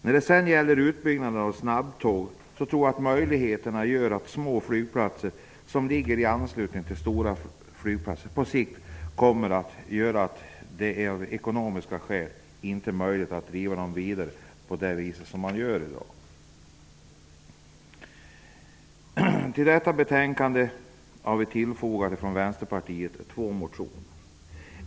När det gäller utbyggnaden av trafiken med snabbtåg tror jag att små flygplatser i anslutning till stora flygplatser på sikt kommer att betyda att det av ekonomiska skäl inte är möjligt att fortsätta att driva dem på det sätt som sker i dag. Till detta betänkande har vi i Vänsterpartiet fogat två motioner.